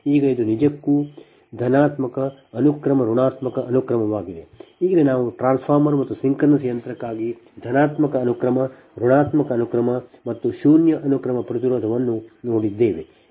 ಈಗ ಇದು ನಿಜಕ್ಕೂ ಧನಾತ್ಮಕ ಅನುಕ್ರಮ ಋಣಾತ್ಮಕ ಅನುಕ್ರಮವಾಗಿದೆ ಈಗ ನಾವು ಟ್ರಾನ್ಸ್ಫಾರ್ಮರ್ ಮತ್ತು ಸಿಂಕ್ರೊನಸ್ ಯಂತ್ರಕ್ಕಾಗಿ ಧನಾತ್ಮಕ ಅನುಕ್ರಮ ಋಣಾತ್ಮಕ ಅನುಕ್ರಮ ಮತ್ತು ಶೂನ್ಯ ಅನುಕ್ರಮ ಪ್ರತಿರೋಧವನ್ನು ನೋಡಿದ್ದೇವೆ